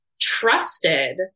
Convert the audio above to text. trusted